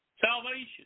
Salvation